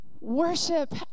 worship